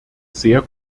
sehr